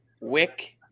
Wick